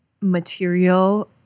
material